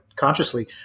consciously